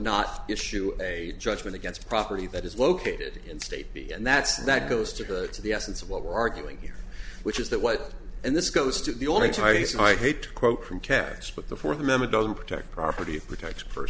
not issue a judgment against property that is located in state b and that's that goes to the essence of what we're arguing here which is that what and this goes to the only chinese i hate to quote from cats but the fourth amendment doesn't protect property protects